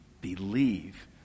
believe